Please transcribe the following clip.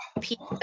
pizza